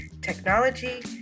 technology